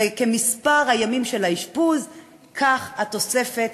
וכמספר הימים של האשפוז כך התוספת